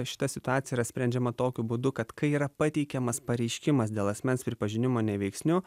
šita situacija yra sprendžiama tokiu būdu kad kai yra pateikiamas pareiškimas dėl asmens pripažinimo neveiksniu